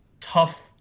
tough